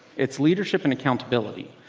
it's leadership and accountability.